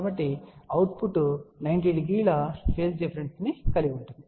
కాబట్టి అవుట్పుట్ 90 డిగ్రీల phase difference ని కలిగి ఉంటుంది